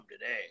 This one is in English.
today